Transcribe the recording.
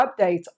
updates